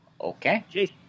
Okay